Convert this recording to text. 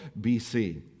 BC